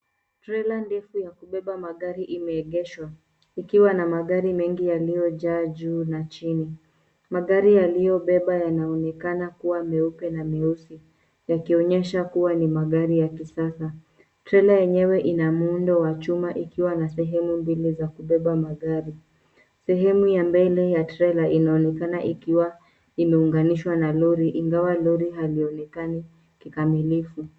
Trela ndefu ya kubeba magari imeegeshwa ikiwa na magari mengi yaliyojaa juu na chini. Magari yaliyobebwa yanaonekana kuwa meupe na meusi yakionyesha kuwa ni magari ya kisasa. Trela enyewe ina muundo wa chuma ikiwa na sehemu mbili za kubeba magari, sehemu ya mbele ya trela inaonekana ikiwa imeunganishwa na lori ingawa lori halionekani kikamilifu.